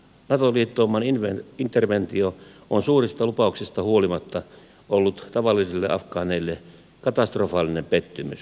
nato liittouman interventio on suurista lupauksista huolimatta ollut tavallisille afgaaneille katastrofaalinen pettymys